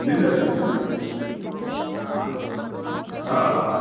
निंड सुठो ईंदी हा हा हा हा हा